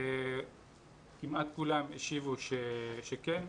כמעט כולם, השיבו שכן.